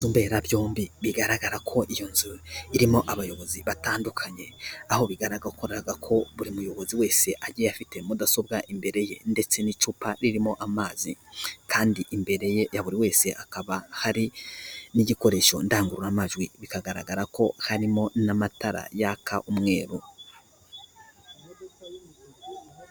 ... mberabyombi; bigaragara ko iyo nzu irimo abayobozi batandukanye, aho bigaragara ko buri muyobozi wese ajyiye afite mudasobwa imbere ye, ndetse n'icupa ririmo amazi. Kandi imbere ye, ya buri wese hakaba hari n'igikoresho ndangururamajwi, bikagaragara ko harimo n'amatara yaka umweru.